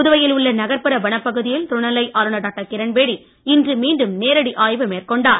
புதுவையில் உள்ள நகர்ப்புற வனப்பகுதியில் துணைநிலை ஆளுநர் டாக்டர் கிரண்பேடி இன்று மீண்டும் நேரடி ஆய்வு மேற்கொண்டார்